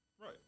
Right